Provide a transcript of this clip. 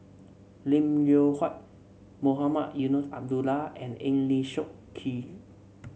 Lim Loh Huat Mohamed Eunos Abdullah and Eng Lee Seok Chee